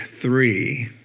three